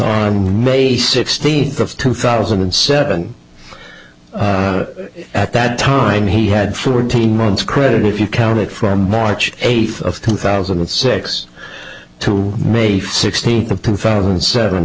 on may sixteenth of two thousand and seven at that time he had fourteen months credit if you count it from march eighth of two thousand and six to may fifth sixteenth of two thousand and seven